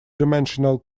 dimensional